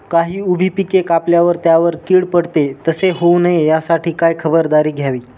काही उभी पिके कापल्यावर त्यावर कीड पडते, तसे होऊ नये यासाठी काय खबरदारी घ्यावी?